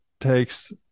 takes